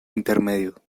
intermedio